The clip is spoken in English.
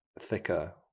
Thicker